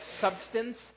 substance